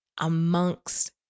amongst